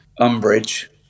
umbrage